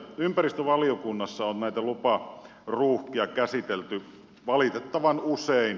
ympäristövaliokunnassa on näitä luparuuhkia käsitelty valitettavan usein